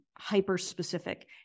hyper-specific